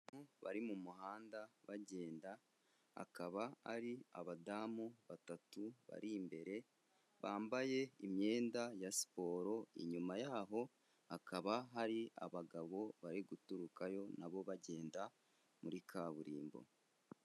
Abantu bari mu muhanda bagenda akaba ari abadamu batatu bari imbere, bambaye imyenda ya siporo inyuma yaho hakaba hari abagabo bari guturukayo, nabo bagenda muri kaburimbo.